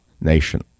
nation